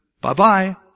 bye-bye